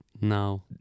No